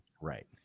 right